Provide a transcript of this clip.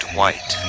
white